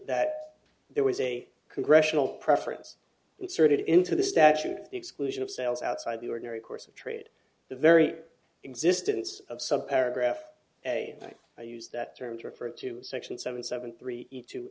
that there was a congressional preference inserted into the statute the exclusion of sales outside the ordinary course of trade the very existence of some paragraph a right to use that term to refer to section seven seven three eight t